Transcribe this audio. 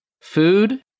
food